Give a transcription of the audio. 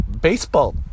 Baseball